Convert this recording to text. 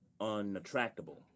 unattractable